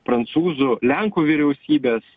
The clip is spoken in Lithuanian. prancūzų lenkų vyriausybės